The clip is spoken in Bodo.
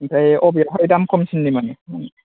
ओमफ्राय बबेहाय दाम खमसिननि मोनो